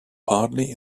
partly